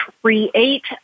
create